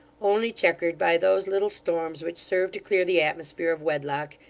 only chequered by those little storms which serve to clear the atmosphere of wedlock,